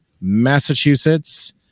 Massachusetts